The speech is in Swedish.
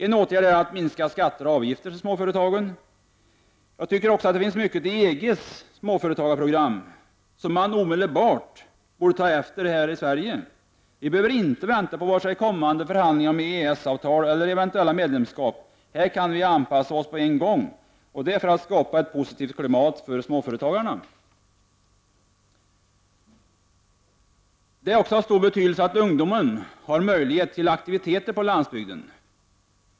En åtgärd är att minska skatter och avgifter för småföretagen. Jag tycker också att det finns mycket i EGs småföretagarprogram som man omedelbart borde ta efter här i Sverige. Vi behöver inte vänta på vare sig kommande förhandlingar om EES-avtal eller eventuellt medlemskap. Vi kan anpassa oss på en gång, främst för att skapa ett positivt klimat för småföretagarna. Det är också av stor betydelse att ungdomen har möjlighet till aktiviteter på landsbygden.